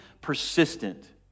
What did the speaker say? persistent